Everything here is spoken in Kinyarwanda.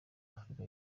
afrika